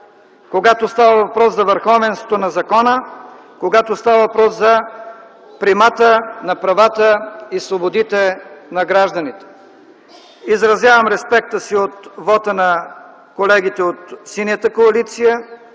когато става въпрос за върховенство на закона, когато става въпрос за примáта на правата и свободите на гражданите. Изразявам респекта си от вота на колегите от Синята коалиция.